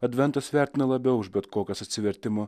adventas vertina labiau už bet kokias atsivertimo